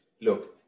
look